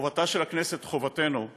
חובתה של הכנסת וחובתנו היא